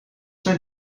zijn